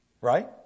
right